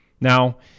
Now